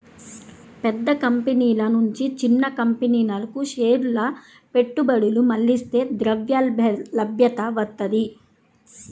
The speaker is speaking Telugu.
పెద్ద కంపెనీల నుంచి చిన్న కంపెనీలకు షేర్ల పెట్టుబడులు మళ్లిస్తే ద్రవ్యలభ్యత వత్తది